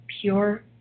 pure